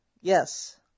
Yes